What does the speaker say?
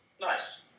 Nice